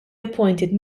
appointed